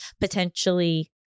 potentially